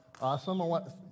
awesome